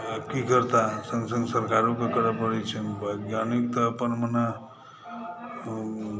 की करताह संग संग सरकारोके करय परै छनि वैज्ञानिक तऽ अपन मने